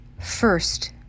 First